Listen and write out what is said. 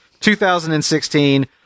2016